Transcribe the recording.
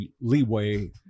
leeway